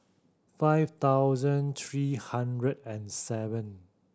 five thousand three hundred and seven